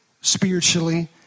spiritually